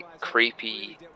creepy